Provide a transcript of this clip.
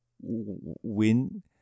win